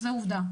זאת עובדה.